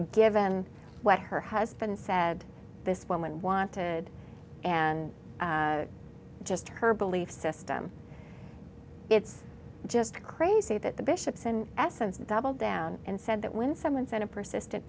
given what her husband said this woman wanted and just her belief system it's just crazy that the bishops in essence doubled down and said that when someone sent a persistent